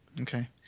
Okay